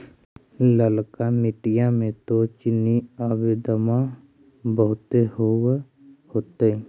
ललका मिट्टी मे तो चिनिआबेदमां बहुते होब होतय?